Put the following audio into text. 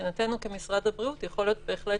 מבחינתנו כמשרד הבריאות יכול להיות בהחלט